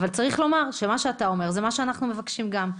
אבל צריך לומר שמה שאתה אומר זה מה שאנחנו מבקשים גם.